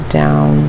down